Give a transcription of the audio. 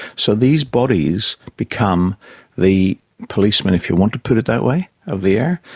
so these bodies become the policemen, if you want to put it that way, of the air.